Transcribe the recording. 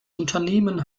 unternehmen